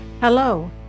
Hello